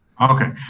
okay